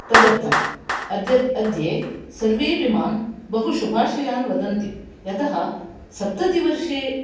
तदर्थम् अद्यत् अद्ये सर्वेपि मां बहुशुभाशयन् वदन्ति यतः सप्ततिवर्षे